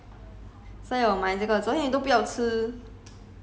我还买这个 leh 我怕你肚子饿